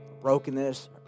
Brokenness